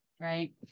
right